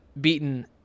beaten